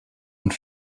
und